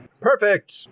Perfect